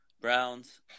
Browns